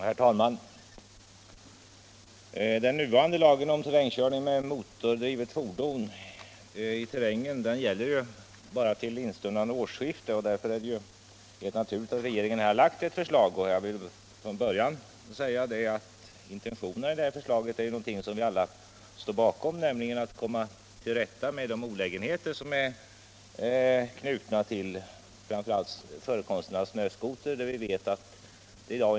Herr talman! Den nuvarande lagen om terrängkörning med motordrivet fordon gäller ju bara till instundande årsskifte, varför det är helt naturligt att regeringen har framlagt ett förslag i ärendet. Jag vill redan från början säga att intentionerna i det förslaget, nämligen att söka komma till rätta med de olägenheter som är förknippade med framför allt användningen av snöskotrar, är någonting som vi alla ställer oss bakom.